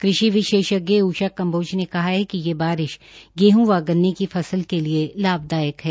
कृषि विशेषज्ञ ऊषा कंबोज ने कहा कि ये बारिश गेहूं व गन्ने की फसल के लिए लाभदायक है